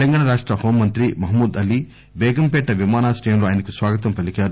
తెలంగాణా రాష్ట హోం మంత్రి మహమ్మూద్ అలీ బేగంపేట విమానాశ్రయంలో ఆయనకు స్వాగతం పలికారు